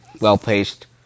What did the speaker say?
well-paced